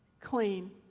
clean